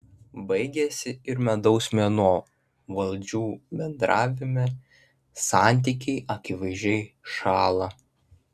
baigiasi ir medaus mėnuo valdžių bendravime santykiai akivaizdžiai šąla